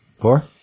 Four